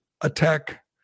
attack